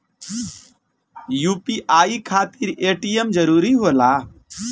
UPI खातिर ATM जरूरी होला?